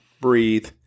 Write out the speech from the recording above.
breathe